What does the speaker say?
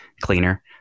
cleaner